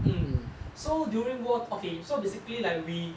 mm so during war okay so basically like we